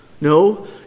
No